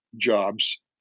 jobs